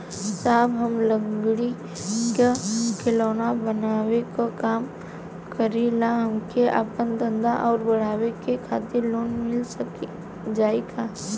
साहब हम लंगड़ी क खिलौना बनावे क काम करी ला हमके आपन धंधा अउर बढ़ावे के खातिर लोन मिल जाई का?